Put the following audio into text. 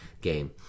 game